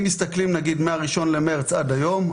אם מסתכלים מה-1 במרץ עד היום,